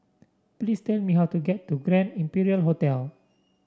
please tell me how to get to Grand Imperial Hotel